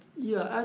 yeah,